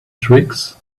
tricks